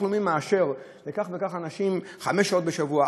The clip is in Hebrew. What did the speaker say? הלאומי מאשר לכך וכך אנשים חמש שעות בשבוע,